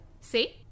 See